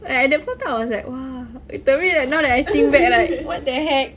but at that point of time I was like !wah! but you tell me right now that I think back like what the heck